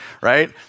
right